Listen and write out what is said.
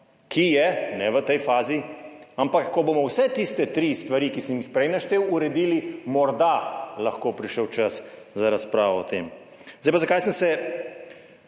ki je, ne v tej fazi, ampak ko bomo vse tiste tri stvari, ki sem jih prej naštel, uredili, morda lahko prišel čas za razpravo o tem. Zdaj pa to, zakaj sem se